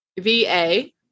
V-A